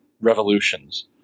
Revolutions